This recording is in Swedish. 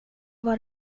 var